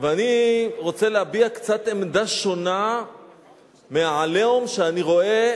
ואני רוצה להביע קצת עמדה שונה מה"עליהום" שאני רואה